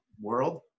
world